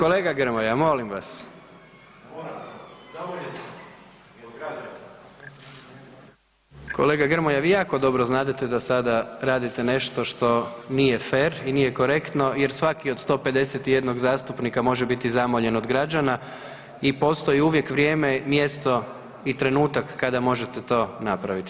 Kolega Grmoja, molim vas. ... [[Upadica se ne čuje.]] Kolega Grmoja, vi jako dobro znadete da sada radite nešto što nije fer i nije korektno jer svaki od 151 zastupnika može biti zamoljen od građana i postoji uvijek vrijeme, mjesto i trenutak kada možete to napraviti.